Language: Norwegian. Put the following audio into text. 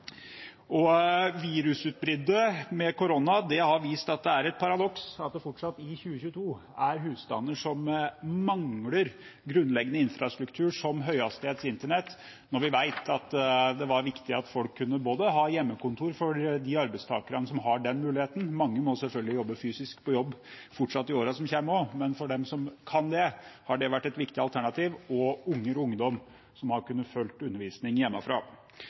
med korona har vist at det er et paradoks at det i 2022 fortsatt er husstander som mangler grunnleggende infrastruktur som høyhastighets internett, når vi vet det var viktig at folk kunne ha hjemmekontor – for de arbeidstakerne som har den muligheten. Mange må selvfølgelig fortsatt gå fysisk på jobb i årene som kommer, men for dem som kan, har dette vært et viktig alternativ, også for unger og ungdom som har kunnet følge undervisning hjemmefra.